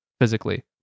physically